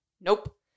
Nope